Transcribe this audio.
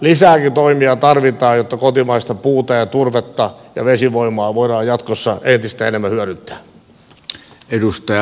lisääkin toimia tarvitaan jotta kotimaista puuta ja turvetta ja vesivoimaa voidaan jatkossa entistä enemmän hyödyntää